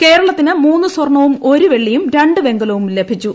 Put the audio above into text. ക്രേരളത്തിന് മൂന്ന് സ്വർണ്ണവും ഒരു വെള്ളിയും രണ്ട് പ്പെങ്ക്ലി്പും ലഭിച്ചു